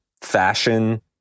fashion